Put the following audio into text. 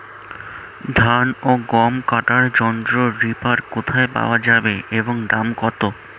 ধান ও গম কাটার যন্ত্র রিপার কোথায় পাওয়া যাবে এবং দাম কত?